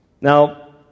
Now